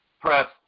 Press